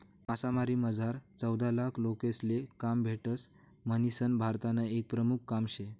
मासामारीमझार चौदालाख लोकेसले काम भेटस म्हणीसन भारतनं ते एक प्रमुख काम शे